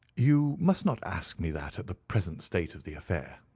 you must not ask me that at the present state of the affair.